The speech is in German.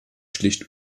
schlicht